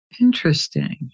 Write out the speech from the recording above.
Interesting